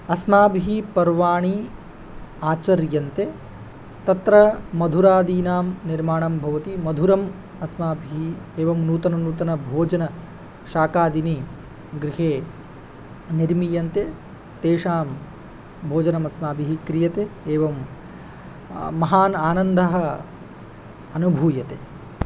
अस्माभिः पर्वाणि आचर्यन्ते तत्र मधुरादीनां निर्माणं भवति मधुरम् अस्माभिः एवं नूतननूतनभोजनशाकादीनि गृहे निर्मीयन्ते तेषां भोजनमस्माभिः क्रियते एवं महान् आनन्दः अनुभूयते